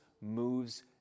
moves